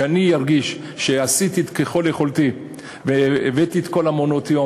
כשאני ארגיש שעשיתי כל שביכולתי והבאתי את כל מעונות-היום,